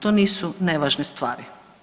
To nisu nevažne stvari.